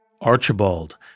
Archibald